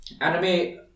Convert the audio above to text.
anime